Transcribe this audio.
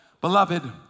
Beloved